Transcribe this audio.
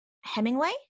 Hemingway